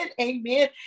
amen